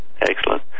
excellent